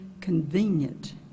convenient